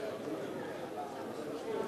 והגזענות כלפי עולי אתיופיה בקריית-מלאכי,